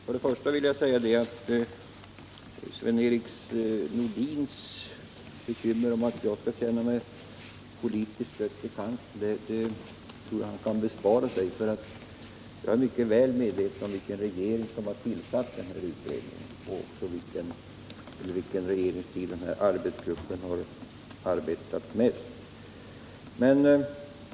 Herr talman! Först vill jag säga att Sven-Erik Nordin kan bespara sig sitt bekymmer om att jag skulle känna mig politiskt stött i kanten. Jag vet mycket väl vilken regering som har tillsatt utredningen i fråga och under vilken regeringstid den har utfört större delen av sitt arbete.